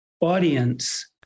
audience